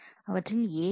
அவற்றில் AB